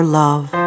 love